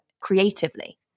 creatively